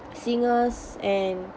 singers and